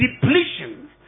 depletion